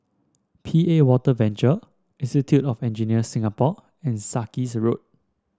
P A Water Venture Institute of Engineers Singapore and Sarkies Road